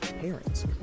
parents